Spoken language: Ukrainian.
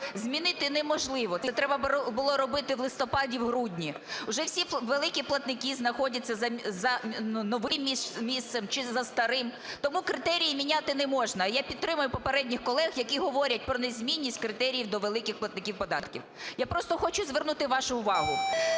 змінити неможливо? Це треба було робити в листопаді, в грудні. Вже всі великі платники знаходяться за новим місцем, чи за старим, тому критерії міняти не можна. Я підтримую попередніх колег, які говорять про незмінність критеріїв до великих платників податків. Я просто хочу звернути вашу увагу: